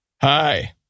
Hi